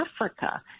Africa